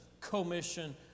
commission